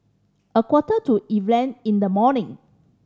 a quarter to event in the morning